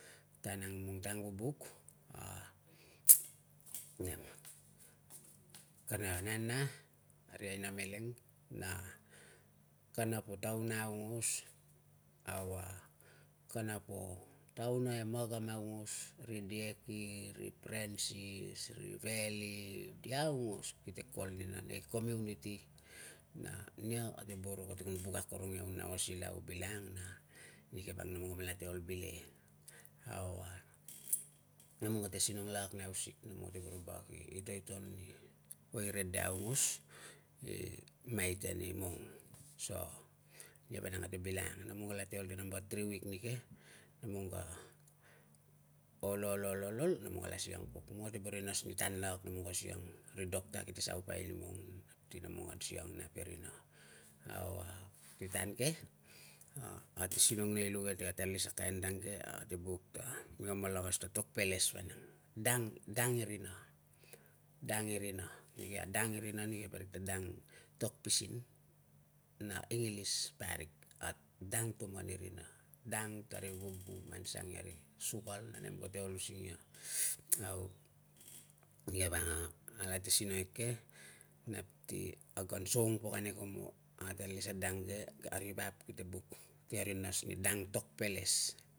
Tan ang nemlong ta angvubuk, a nem, kana nana ri aina meleng, na kana po tauna aungos, au a kana po tauna e magam aungos, ri deky, ri francis, ri relly, ria aungos kite kol nina nei community na nia kate boro, kate kun buk akorong iau, nau a silau bilangang na nike vang nemlong mela te ol bileke. Au, a nemlong kate sinong lakak nei hausik, nemlong kate boro lak i itoiton ni poi rede aungos i maiten imong so nia vang kate bilangang. Nemlong kalate ol nei number three wik nike, nemlong ka ol, ol, ol, ol, ol nemlong la siang. Nemlong te boro i nas ni tan ang nemlong siang, ri doctor kite saupai nimong nap ti nemlong an siang nap e rina. Au, a ti tan ke, ate sinong nei lu ke, ate lis na kain dang ke, ate buk ta mika malangas a tokpeles vanang. Dang, dang i rina, dang i rina sikei a dang i rina neke, parik ta dang i tok pisin na english, parik a dang tuman i rina. Dang tari vubu monsang i kari sukal na nem kate ol using ia, au nia vang alate sinong eke nap ti kag an saung pok ane komo. Ate lis na dang ani ri vap kite buk nas ni dang tok peles.